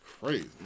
crazy